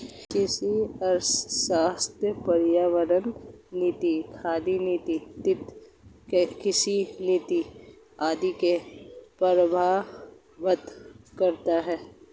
कृषि अर्थशास्त्र पर्यावरण नीति, खाद्य नीति तथा कृषि नीति आदि को प्रभावित करता है